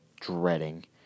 dreading